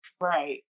Right